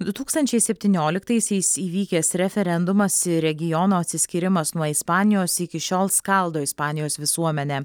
du tūkstančiai septynioliktaisiais įvykęs referendumas ir regiono atsiskyrimas nuo ispanijos iki šiol skaldo ispanijos visuomenę